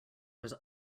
was